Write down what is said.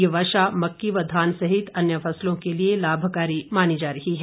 ये वर्षा मक्की व धान सहित अन्य फसलों के लिए लाभकारी मानी जा रही है